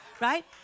right